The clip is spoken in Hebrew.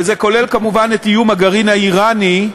וזה כולל, כמובן, את איום הגרעין האיראני,